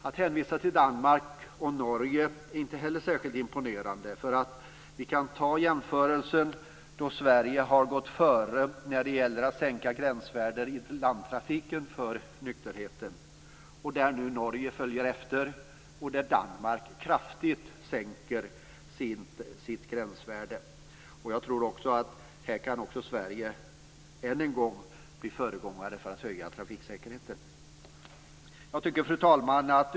Att hänvisa till Danmark och Norge är inte heller särskilt imponerande. Vi kan ta jämförelsen när Sverige har gått före med att sänka gränsvärden i landtrafiken för nykterheten, där Norge nu följer efter och där Danmark kraftigt sänker sitt gränsvärde. Jag tror att Sverige än en gång kan bli föregångare för att höja trafiksäkerheten. Fru talman!